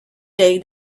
day